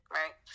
right